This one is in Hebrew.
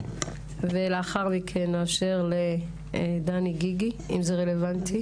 ולאחר מכן נאפשר לדני גיגי, אם זה רלוונטי.